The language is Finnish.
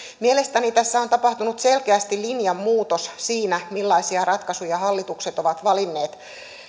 mielestäni tässä on tapahtunut selkeästi linjanmuutos siinä millaisia ratkaisuja hallitukset ovat valinneet